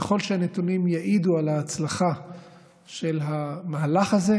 ככל שהנתונים יעידו על ההצלחה של המהלך הזה,